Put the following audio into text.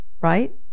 right